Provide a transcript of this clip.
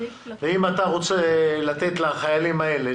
ואם אתה רוצה לתת לחיילים האלה,